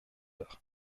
heures